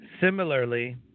similarly